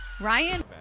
ryan